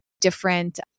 different